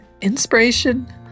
inspiration